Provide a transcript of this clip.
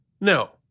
no